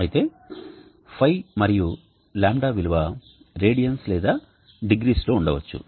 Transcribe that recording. అయితే φ మరియు δ విలువ రేడియన్స్ లేదా డిగ్రీస్ లో ఉండవచ్చు